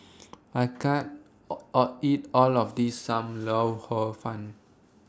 I can't All All eat All of This SAM Lau Hor Fun